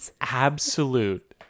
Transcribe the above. Absolute